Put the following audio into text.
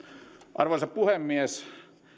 arvoisa puhemies